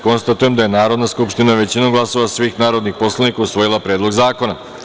Konstatujem da je Narodna skupština većinom glasova svih narodnih poslanika usvojila Predlog zakona.